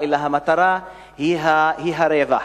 אלא המטרה היא הרווח.